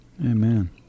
Amen